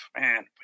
man